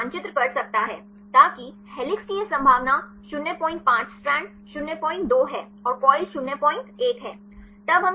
यह मानचित्र कर सकता है ताकि हेलिक्स की यह संभावना 05 स्ट्रैंड 02 है और कॉइल 01 है